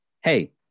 hey